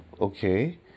okay